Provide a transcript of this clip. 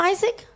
Isaac